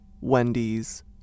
Wendy's